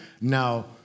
Now